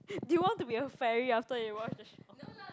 do you want to be a fairy after you watch the show